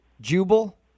Jubal